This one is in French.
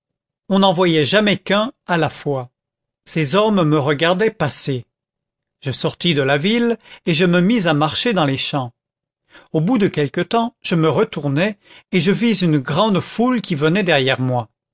on n'en voyait jamais qu'un à la fois ces hommes me regardaient passer je sortis de la ville et je me mis à marcher dans les champs au bout de quelque temps je me retournai et je vis une grande foule qui venait derrière moi